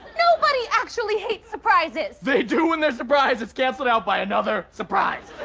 nobody actually hates surprises. they do when their surprise is cancelled out by another surprise